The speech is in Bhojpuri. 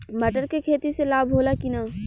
मटर के खेती से लाभ होला कि न?